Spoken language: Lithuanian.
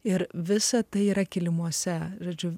ir visa tai yra kilimuose žodžiu